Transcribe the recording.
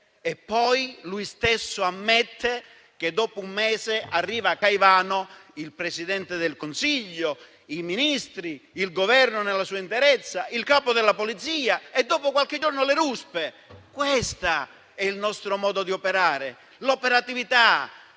E poi lui stesso ha ammesso che dopo un mese sono arrivati a Caivano il Presidente del Consiglio, i Ministri, il Governo nella sua interezza, il Capo della Polizia e dopo qualche giorno le ruspe. Questo è il nostro modo di lavorare, con quell'operatività